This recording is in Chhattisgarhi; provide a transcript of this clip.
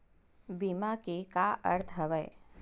बीमा के का अर्थ हवय?